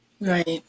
right